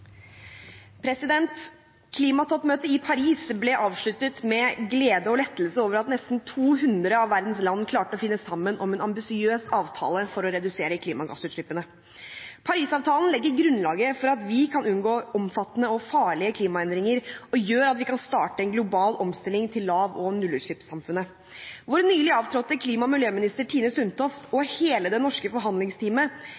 ambisiøs avtale for å redusere klimagassutslippene. Paris-avtalen legger grunnlaget for at vi kan unngå omfattende og farlige klimaendringer, og gjør at vi kan starte en global omstilling til lav- og nullutslippssamfunnet. Vår nylig avtrådte klima- og miljøminister Tine Sundtoft og hele det norske